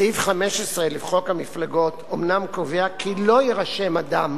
סעיף 15 לחוק המפלגות אומנם קובע כי לא יירשם אדם